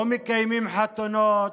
לא מקיימים חתונות,